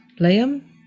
Liam